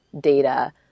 data